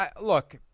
look